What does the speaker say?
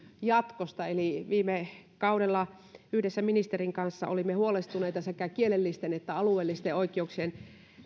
jatkosta viime kaudella yhdessä ministerin kanssa olimme huolestuneita sekä kielellisten että alueellisten oikeuksien